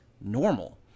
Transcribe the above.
normal